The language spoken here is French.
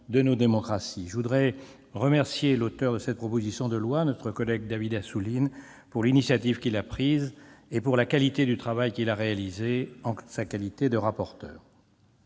de nos démocraties. Je tiens à remercier l'auteur de cette proposition de loi, David Assouline, de l'initiative qu'il a prise et de la qualité du travail qu'il a réalisé en tant que rapporteur.